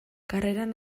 karreran